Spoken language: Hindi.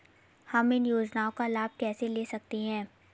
हम इन योजनाओं का लाभ कैसे ले सकते हैं?